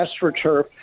AstroTurf